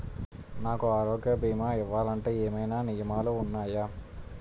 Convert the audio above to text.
నాకు ఆరోగ్య భీమా ఇవ్వాలంటే ఏమైనా నియమాలు వున్నాయా?